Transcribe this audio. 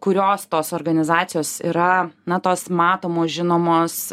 kurios tos organizacijos yra na tos matomos žinomos